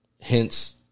hence